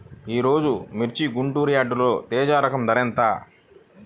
ఈరోజు మిర్చి గుంటూరు యార్డులో తేజ రకం ధర ఎంత?